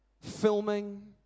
Filming